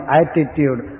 attitude